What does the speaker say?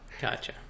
Gotcha